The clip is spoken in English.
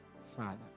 Father